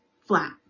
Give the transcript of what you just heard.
flat